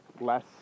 less